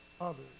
others